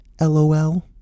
LOL